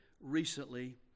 recently